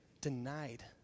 denied